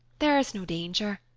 there is no danger.